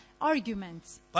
arguments